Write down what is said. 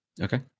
Okay